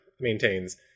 maintains